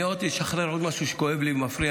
אני רוצה לשחרר עוד משהו שכואב לי ומפריע